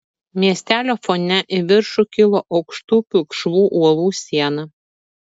miestelio fone į viršų kilo aukštų pilkšvų uolų siena